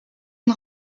une